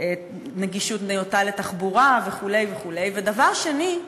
נגישות נאותה לתחבורה וכו'; ודבר שני,